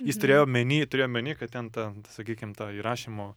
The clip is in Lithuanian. jis turėjo omeny turėjo omeny kad ten ta sakykim ta įrašymo